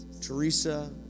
Teresa